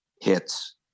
hits